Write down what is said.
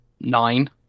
Nine